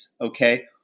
Okay